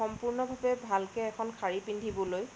সম্পূৰ্ণভাৱে ভালকৈ এখন শাৰী পিন্ধিবলৈ